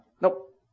nope